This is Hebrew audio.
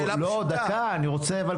אני מבקש שתבדקו.